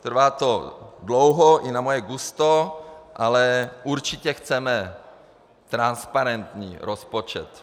Trvá to dlouho i na moje gusto, ale určitě chceme transparentní rozpočet.